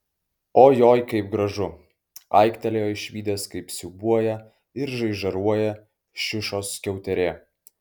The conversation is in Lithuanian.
ojojoi kaip gražu aiktelėjo išvydęs kaip siūbuoja ir žaižaruoja šiušos skiauterė